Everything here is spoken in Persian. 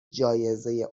جایزهی